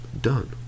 done